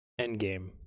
Endgame